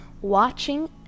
watching